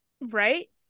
Right